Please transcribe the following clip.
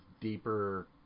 deeper